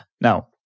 Now